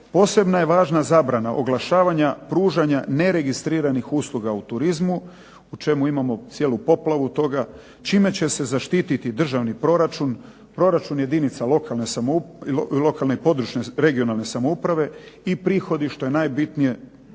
Posebno je važna zabrana oglašavanja pružanja neregistriranih usluga u turizmu o čemu imamo cijelu poplavu toga čime će se zaštititi državni proračun, proračun jedinica lokalne i područne (regionalne) samouprave i prihodi što je najbitnije